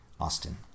Austin